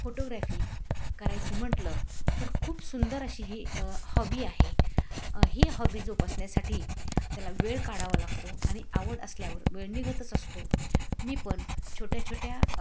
photography करायची म्हंटलं तर खूप सुंदर अशी ही हॉबी आहे ही हॉबी जोपासण्यासाठी त्याला वेळ काढावा लागतो आणि आवड असल्यावर वेळ निघतच असतो मी पण छोट्या छोट्या